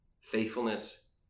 Faithfulness